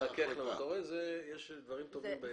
אתה רואה, יש דברים טובים בהתלבטויות.